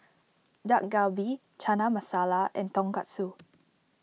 Dak Galbi Chana Masala and Tonkatsu